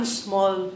small